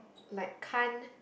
like can't